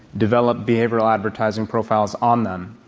develop behavioral advertising profiles on them,